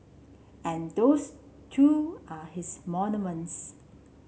and those too are his monuments